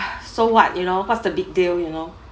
so what you know what's the big deal you know